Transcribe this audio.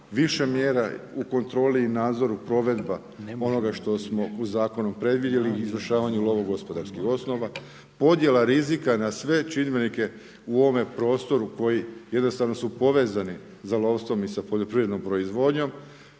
više mjera u kontroli i nadzoru provedbi onoga što smo u Zakonu predvidjeli izvršavanju lovongospodarskih osnova. Podjela rizika na sve čimbenike u ovome prostoru koji jednostavno su povezani sa lovstvom i poljoprivrednom proizvodnjom